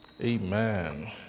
Amen